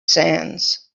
sands